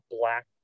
black